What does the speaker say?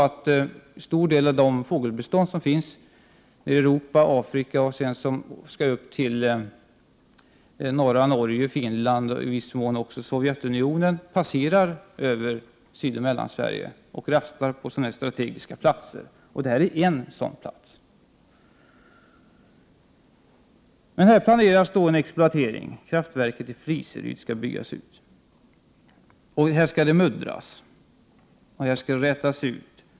En stor del av de fåglar som finns nere i Europa och i Afrika — och som skall upp till norra Norge, Finland och i viss mån även Sovjetunionen — passerar över Sydoch Mellansverige och rastar då i strategiska områden. Detta är ett sådant område. 29 Men här planeras en exploatering — kraftverket i Fliseryd skall byggas ut. Här skall det muddras och rätas ut.